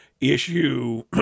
issue